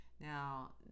Now